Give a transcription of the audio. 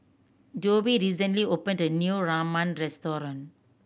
Dovie recently opened a new Ramen Restaurant